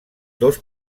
dos